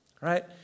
Right